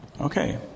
okay